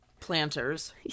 Planters